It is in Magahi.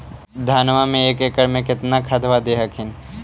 धनमा मे एक एकड़ मे कितना खदबा दे हखिन?